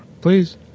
Please